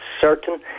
certain